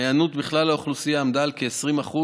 ההיענות בכלל האוכלוסייה עמדה על כ-20%,